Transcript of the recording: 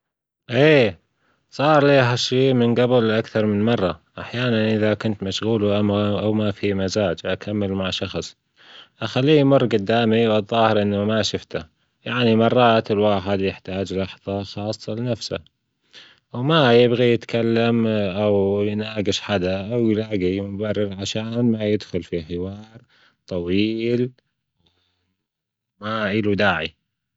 إيه صار لي هالشي من جبل لأكثر من مرة، أحيانا إذا كنت مشغول أو ما في مزاج أكمل مع شخص أخليه يمر جدامي وأتظاهر إنه ما شفته، يعني مرات الواحد يحتاج لحظة خاصة لنفسه وما يبغي يتكلم أو يناجش حدا أو يلاقي مبرر عشان ما يدخل في حوار طويل وما إله داعي.